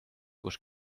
kus